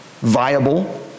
viable